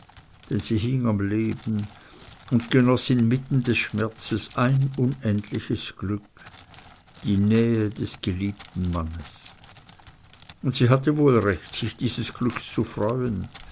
sie hing am leben und genoß inmitten ihres schmerzes ein unendliches glück die nähe des geliebten mannes und sie hatte wohl recht sich dieses glückes zu freuen